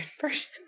version